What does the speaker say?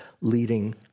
leading